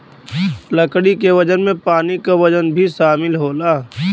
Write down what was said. लकड़ी के वजन में पानी क वजन भी शामिल होला